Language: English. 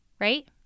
Right